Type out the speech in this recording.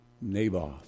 Naboth